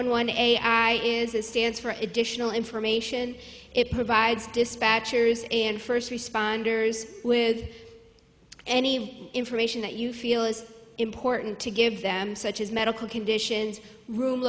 one one a i is it stands for additional information it provides dispatchers and first responders with any information that you feel is important to give them such as medical conditions room